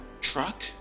truck